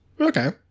Okay